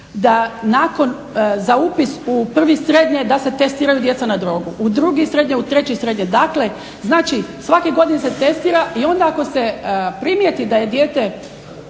da nakon, za upis u prvi srednje da se testiraju djeca na drogu, u 2, u 3 srednje. Dakle, znači svake godine se testira i onda ako se primijeti da je dijete